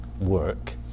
work